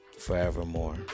forevermore